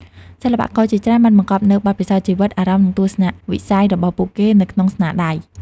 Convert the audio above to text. សិល្បករជាច្រើនបានបង្កប់នូវបទពិសោធន៍ជីវិត អារម្មណ៍ និងទស្សនៈវិស័យរបស់ពួកគេនៅក្នុងស្នាដៃ។